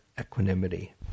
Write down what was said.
equanimity